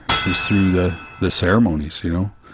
it was through the, the ceremonies, you know?